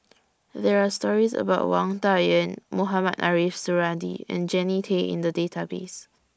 There Are stories about Wang Dayuan Mohamed Ariff Suradi and Jannie Tay in The Database